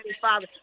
Father